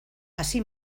así